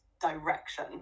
direction